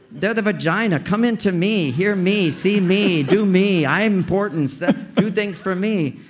they're the vagina. come in to me. hear me. see me. do me. i'm important. do things for me.